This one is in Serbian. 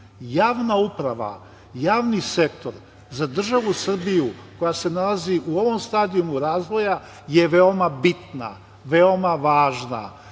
Zašto? Javna uprava, javni sektor za državu Srbiju koja se nalazi u ovom stadijumu razvoja je veoma bitna, veoma važna.